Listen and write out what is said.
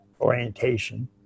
orientation